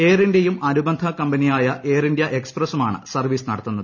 air ഇന്ത്യയും അനുബന്ധ കമ്പനിയായ എയർ ഇന്ത്യാ എക്സ്പ്രസുമാണ് സർവ്വീസ് നടത്തുന്നത്